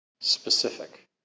Specific